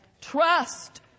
Trust